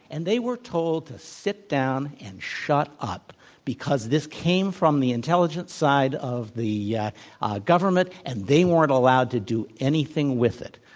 and they were told to sit down and shut up because this came from the intelligence side of the yeah government, and they weren't to do anything with it.